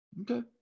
Okay